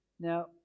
Now